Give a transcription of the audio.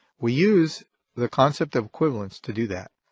we use the concept of equivalence to do that.